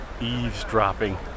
eavesdropping